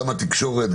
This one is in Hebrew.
גם התקשורת,